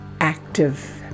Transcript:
active